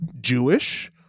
jewish